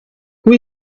who